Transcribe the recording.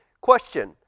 question